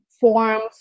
forms